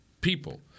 people